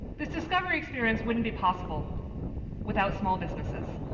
this discovery experience wouldn't be possible without small businesses.